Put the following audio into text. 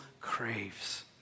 craves